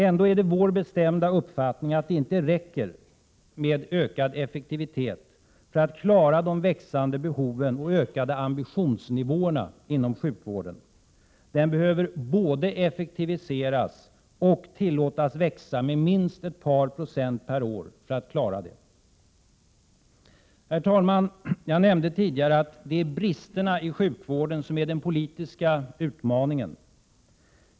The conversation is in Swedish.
Ändå är det vår bestämda uppfattning att det inte räcker med ökad effektivitet för att klara de växande behoven och ökade ambitionsnivåerna inom sjukvården. Den behöver både effektiviseras och tillåtas växa med minst ett par procent per år för att klara detta. Herr talman! Jag nämnde tidigare att det är bristerna i sjukvården som är den politiska utmaningen.